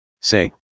Say